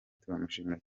turamushimira